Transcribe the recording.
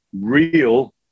real